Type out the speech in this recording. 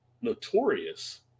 notorious